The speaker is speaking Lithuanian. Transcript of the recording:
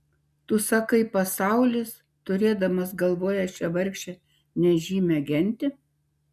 tu sakai pasaulis turėdamas galvoje šią vargšę nežymią gentį